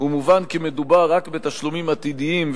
ומובן כי מדובר רק בתשלומים עתידיים,